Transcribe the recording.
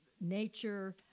nature